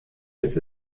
des